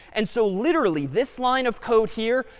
and so literally, this line of code here,